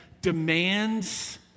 demands